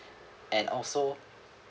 and also